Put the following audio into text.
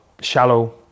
shallow